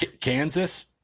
Kansas